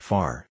Far